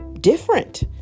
different